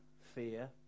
Fear